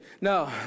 No